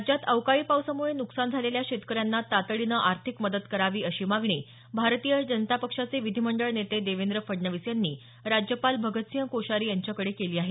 राज्यात अवकाळी पावसामुळे नुकसान झालेल्या शेतकऱ्यांना तातडीनं आर्थिक मदत करावी अशी मागणी भारतीय जनता पक्षाचे विधिमंडळ नेते देवेंद्र फडणवीस यांनी राज्यपाल भगतसिंह कोश्यारी यांच्याकडे केली आहे